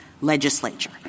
legislature